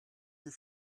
your